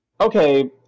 okay